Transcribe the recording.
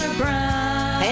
brown